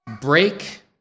break